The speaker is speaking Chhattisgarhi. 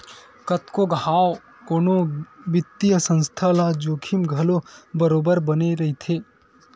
कतको घांव कोनो बित्तीय संस्था ल जोखिम घलो बरोबर बने रहिथे